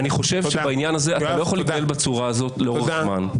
אז אני קורא אותך לסדר פעם ראשונה.